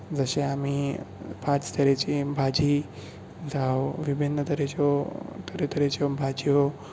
जशे आमी पांच तरेची भाजी जावं विभिन्न तरेच्यो तरे तरेच्यो भाजयो